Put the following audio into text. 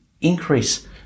increase